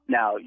Now